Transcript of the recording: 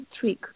trick